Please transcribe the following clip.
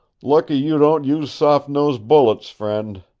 lucky you don't use soft nosed bullets, friend.